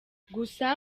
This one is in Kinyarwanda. gusa